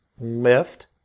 lift